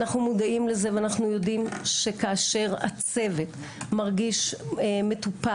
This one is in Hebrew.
אנחנו מודעים לזה ואנחנו יודעים שכאשר הצוות מרגיש מטופל,